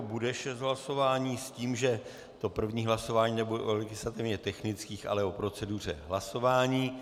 Bude šest hlasování s tím, že to první hlasování nebude o legislativně technických, ale o proceduře hlasování.